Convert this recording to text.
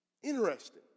Interesting